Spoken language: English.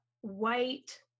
white